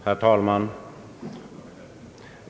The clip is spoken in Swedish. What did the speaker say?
Herr talman!